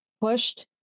pushed